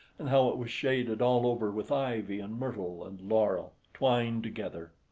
and how it was shaded all over with ivy, and myrtle, and laurel, twined together.